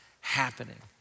happening